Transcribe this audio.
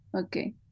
Okay